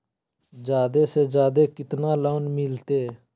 जादे से जादे कितना लोन मिलते?